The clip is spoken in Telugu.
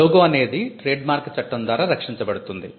లోగో అనేది ట్రేడ్మార్క్ చట్టం ద్వారా రక్షించబడుతుంది